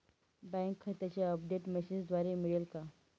Bank खात्याचे update मेसेजद्वारे मिळेल का?